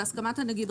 בהסכמת הנגיד,